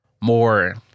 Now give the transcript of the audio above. more